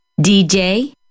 DJ